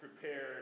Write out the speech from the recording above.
prepare